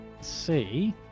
see